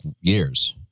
years